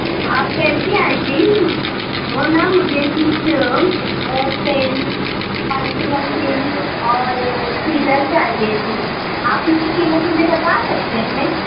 آپ کیسی آئی تھیں وہ نہ مجھے کچھ پین پینسل اور پین اور سیزر چاہیے تھی آپ اس کی قیمت مجھے بتا سکتے ہیں